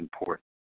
important